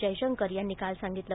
जयशंकर यांनी काल सांगितलं